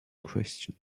question